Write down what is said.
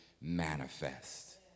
manifest